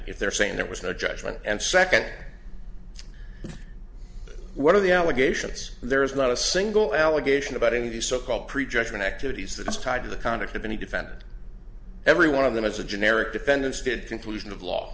if they're saying there was no judgment and second one of the allegations there is not a single allegation about any of the so called prejudgment activities that is tied to the conduct of any defendant every one of them is a generic defendant's good conclusion of law